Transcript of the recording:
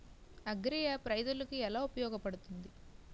Agri app రైతులకి ఏలా ఉపయోగ పడుతుంది?